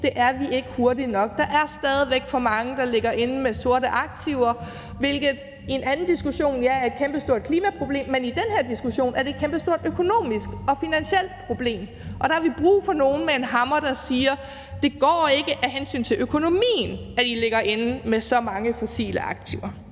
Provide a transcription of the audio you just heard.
det er vi ikke i gang med hurtigt nok. Der er stadig for mange, der ligger inde med sorte aktiver, hvilket i en anden diskussion ville være et kæmpestort klimaproblem, men i den her diskussion er det et kæmpestort økonomisk og finansielt problem. Og der har vi brug for nogen med en hammer, der siger: Det går ikke af hensyn til økonomien, at I ligger inde med så mange fossile aktiver.